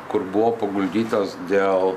kur buvo paguldytas dėl